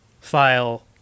file